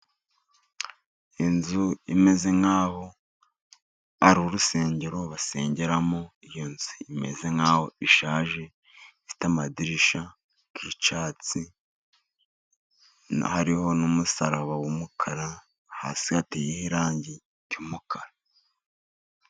Inzu imeze nk'aho ari urusengero basengeramo. Iyo nzu imeze nk'aho ishaje, ifite amadirishya y'icyatsi hariho n'umusaraba w'umukara. Hasi hateyeho irangi ry'umukara.